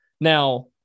Now